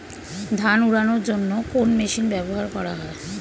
ধান উড়ানোর জন্য কোন মেশিন ব্যবহার করা হয়?